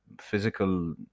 physical